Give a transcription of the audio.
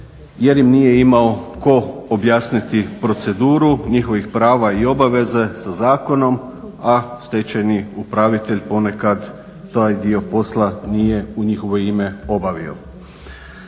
jer im nije imao tko objasniti proceduru njihovih prava i obaveze sa zakonom a stečajni upravitelj ponekad taj dio posla nije u njihovo ime obavio.